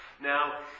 Now